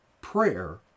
Prayer